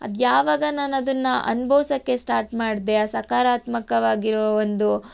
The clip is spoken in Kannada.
ಅದು ಯಾವಾಗ ನಾನು ಅದನ್ನ ಅನುಭವಿಸಕ್ಕೆ ಸ್ಟಾಟ್ ಮಾಡಿದೆ ಆ ಸಕಾರಾತ್ಮಕವಾಗಿರೋ ಒಂದು